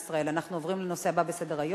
13, אין מתנגדים, אין נמנעים.